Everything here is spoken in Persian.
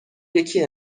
یکی